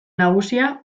nagusia